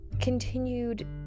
continued